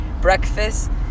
breakfast